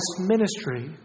ministry